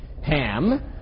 ham